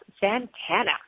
Santana